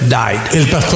died